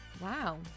Wow